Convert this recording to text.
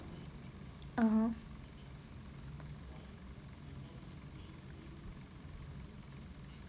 (uh huh)